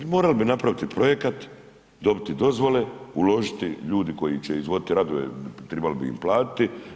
Morali bi napraviti projekat, dobiti dozvole, uložiti ljudi koji će izvoditi radove trebali bi im platiti.